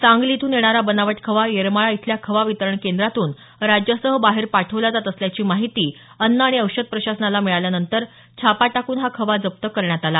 सांगली इथून येणारा बनावट खवा येरमाळा इथल्या खवा वितरण केंद्रातून राज्यासह बाहेर पाठवला जात असल्याची माहिती अन्न आणि औषध प्रशासनाला मिळाल्यानंतर छापा टाकून हा खवा जप्त करण्यात आला